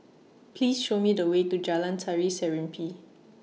Please Show Me The Way to Jalan Tari Serimpi